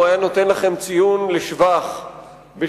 הוא היה נותן לכם ציון לשבח בשימוש